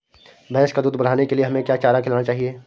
भैंस का दूध बढ़ाने के लिए हमें क्या चारा खिलाना चाहिए?